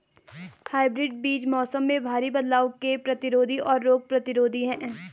hybrid बीज मौसम में भारी बदलाव के प्रतिरोधी और रोग प्रतिरोधी हैं